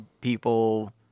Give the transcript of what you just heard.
people